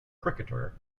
cricketer